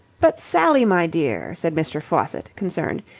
but, sally, my dear, said mr. faucitt, concerned,